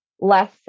less